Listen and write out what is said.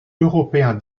européen